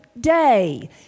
day